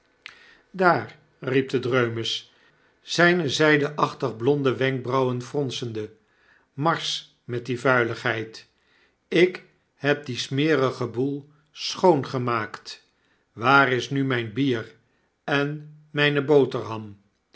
daar riep de dreumes zijne zijdeachtig blonde wenkbrauwen fronsende marsch met die vuiligheid ik heb dien smerigen boel schoongemaakt waar is nu mijn bier en mjjne boterham